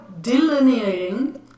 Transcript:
delineating